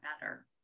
better